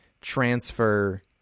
transfer